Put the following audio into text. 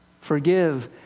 Forgive